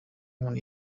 umuntu